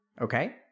okay